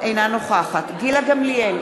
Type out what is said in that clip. אינה נוכחת גילה גמליאל,